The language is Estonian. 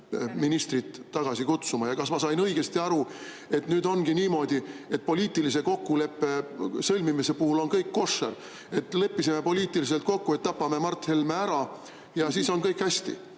ministrit tagasi kutsuma. Ja kas ma sain õigesti aru, et nüüd ongi niimoodi, et poliitilise kokkuleppe sõlmimise puhul on kõik koššer? Leppisime poliitiliselt kokku, et tapame Mart Helme ära ja siis on kõik hästi.